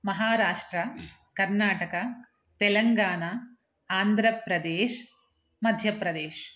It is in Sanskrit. महाराष्ट्रः कर्नाटकः तेलङ्गणा आन्ध्रप्रदेशः मध्यप्रदेशः